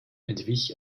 entwich